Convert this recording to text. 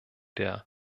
der